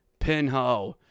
Pinho